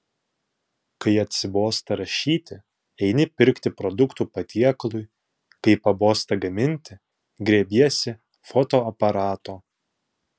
kai atsibosta rašyti eini pirkti produktų patiekalui kai pabosta gaminti griebiesi fotoaparato